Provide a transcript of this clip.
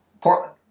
Portland